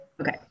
Okay